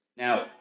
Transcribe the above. Now